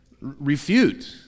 refute